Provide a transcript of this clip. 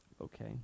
Okay